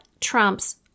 trumps